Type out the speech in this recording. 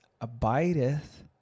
abideth